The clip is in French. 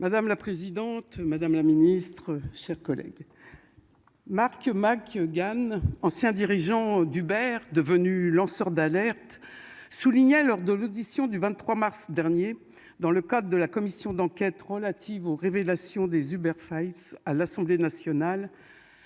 Madame la présidente, madame la ministre, chers collègues. Mark Mac GAN, ancien dirigeant d'Hubert devenus lanceurs d'alerte. Soulignait lors de l'audition du 23 mars dernier dans le cadre de la commission d'enquête relative aux révélations des Hubert face à l'Assemblée nationale.